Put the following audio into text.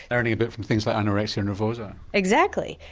learning a bit from things like anorexia nervosa. exactly,